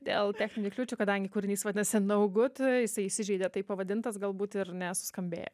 dėl techninių kliūčių kadangi kūrinys vadinasi no gud jisai įsižeidė taip pavadintas galbūt ir nesuskambėjo